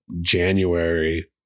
January